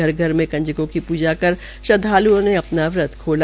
घर घर में कंजकों की प्जा कर श्रद्वालुओं ने अपना व्रत खोला